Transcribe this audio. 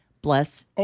Bless